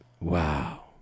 Wow